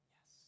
Yes